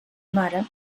mare